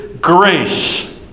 grace